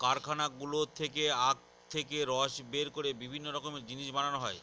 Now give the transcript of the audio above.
কারখানাগুলো থেকে আখ থেকে রস বের করে বিভিন্ন রকমের জিনিস বানানো হয়